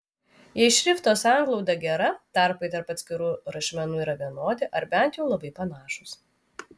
jei šrifto sanglauda gera tarpai tarp atskirų rašmenų yra vienodi ar bent jau labai panašūs